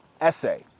essay